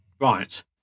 right